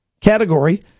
category